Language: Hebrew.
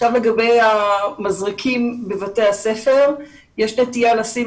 לגבי המזרקים בבתי הספר - יש נטייה לשים